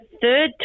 third